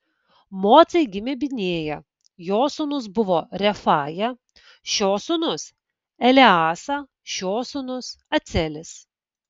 mocai gimė binėja jo sūnus buvo refaja šio sūnus eleasa šio sūnus acelis